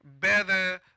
better